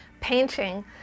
painting